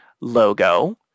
logo